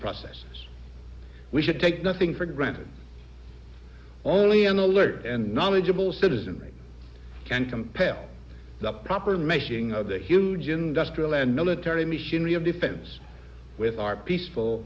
process we should take nothing for granted only an alert and knowledgeable citizenry and compare the proper making of the huge industrial and military machinery of deepens with our peaceful